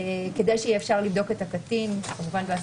כדי שיהיה אפשר לבדוק את הקטין בהסכמתו,